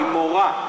ממורא.